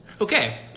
Okay